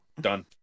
Done